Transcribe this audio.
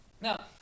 Now